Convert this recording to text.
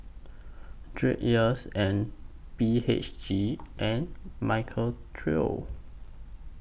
Dreyers and B H G and Michael Trio